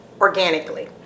Organically